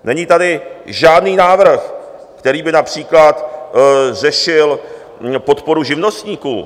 Není tady žádný návrh, který by například řešil podporu živnostníků.